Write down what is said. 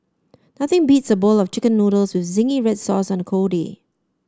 nothing beats a bowl of chicken noodles with zingy red sauce on a cold day